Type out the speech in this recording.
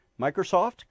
Microsoft